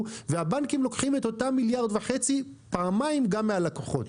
והבנקים לוקחים את אותם מיליארד וחצי פעמיים גם מהלקוחות.